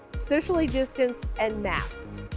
socially distanced and masked.